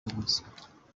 umuswa